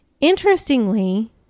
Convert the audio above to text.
interestingly